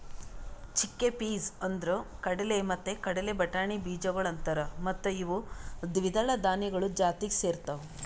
chickpeas ಅಂದುರ್ ಕಡಲೆ ಮತ್ತ ಕಡಲೆ ಬಟಾಣಿ ಬೀಜಗೊಳ್ ಅಂತಾರ್ ಮತ್ತ ಇವು ದ್ವಿದಳ ಧಾನ್ಯಗಳು ಜಾತಿಗ್ ಸೇರ್ತಾವ್